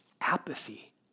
apathy